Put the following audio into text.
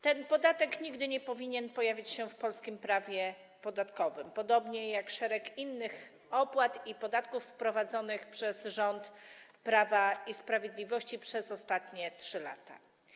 Ten podatek nigdy nie powinien pojawić się w polskim prawie podatkowym, podobnie jak szereg innych opłat i podatków wprowadzonych przez rząd Prawa i Sprawiedliwości przez ostatnie 3 lata.